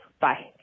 Bye